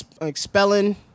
expelling